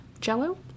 jello